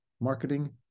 Marketing